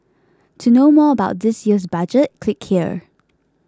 to know more about this year's Budget click here